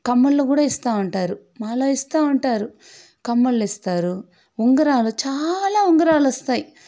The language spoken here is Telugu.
కమ్మలు కూడా ఇస్తూ ఉంటారు మాలా ఇస్తూ ఉంటారు కమ్మల్లిస్తారు ఉంగరాలు చాలా ఉంగరాలు వస్తాయి